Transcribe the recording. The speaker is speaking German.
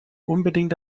unbedingt